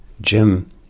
Jim